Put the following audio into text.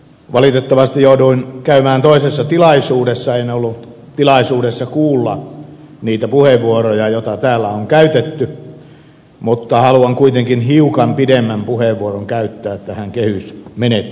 valitettavasti jouduin käymään toisessa tilaisuudessa en ollut tilaisuudessa kuulla niitä puheenvuoroja joita täällä on käytetty mutta haluan kuitenkin hiukan pidemmän puheenvuoron käyttää tähän kehysmenettelyyn liittyen